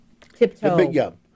tiptoe